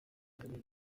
ailleurs